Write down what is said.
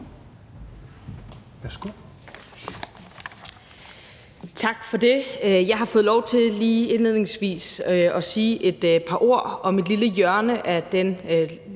Tak for det. Jeg har fået lov til lige indledningsvis at sige et par ord om et lille hjørne af det